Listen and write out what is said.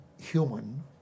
human